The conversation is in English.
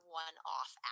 one-off